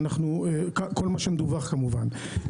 כל מה שמדווח, כמובן.